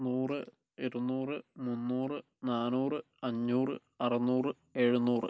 നൂറ് ഇരുന്നൂറ് മുന്നൂറ് നാനൂറ് അഞ്ഞൂറ് അറന്നൂറ് എഴുന്നൂറ്